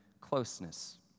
closeness